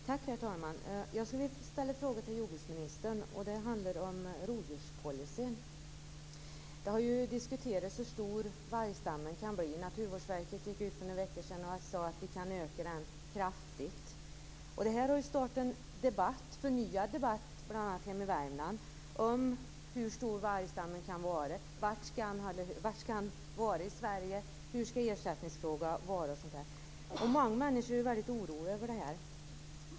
Herr talman! Jag vill ställa en fråga till jordbruksministern om rovdjurspolicyn. Det har diskuterats hur stor vargstammen kan bli. Naturvårdsverket sade för några veckor sedan att den kan ökas kraftigt. Det här har startat en förnyad debatt bl.a. hemma i Värmland om hur stor vargstammen kan vara, var i Sverige den skall finnas, hur ersättningen skall se ut, osv. Många människor är väldigt oroliga över det här.